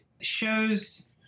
shows